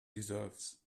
deserves